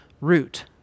root